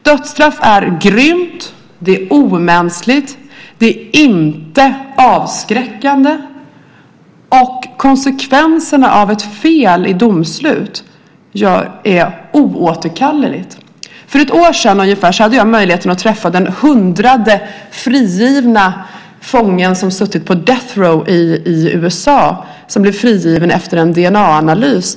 Dödsstraff är grymt, det är omänskligt, det är inte avskräckande, och konsekvenserna av ett fel i domslut är oåterkalleligt. För ett år sedan hade jag möjligheten att träffa den hundrade frigivna fången som suttit på Death Row i USA men som blev frigiven efter en DNA-analys.